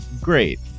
Great